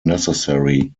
necessary